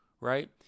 right